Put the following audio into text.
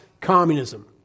communism